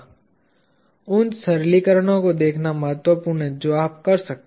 उन सरलीकरणों को देखना महत्वपूर्ण है जो आप कर सकते हैं